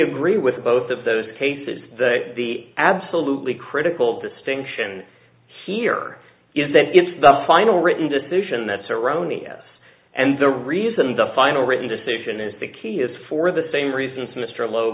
agree with both of those cases the absolutely critical distinction here is that it's the final written decision that's erroneous and the reason the final written decision is the key is for the same reasons mr lo